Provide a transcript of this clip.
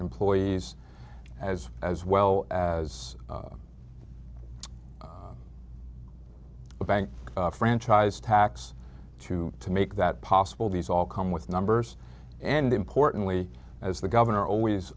employees as as well as the bank franchise tax too to make that possible these all come with numbers and importantly as the governor always